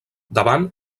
davant